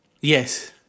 Yes